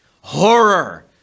Horror